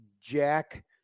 jack